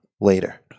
later